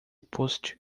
post